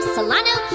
Solano